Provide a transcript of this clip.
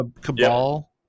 Cabal